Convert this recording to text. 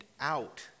out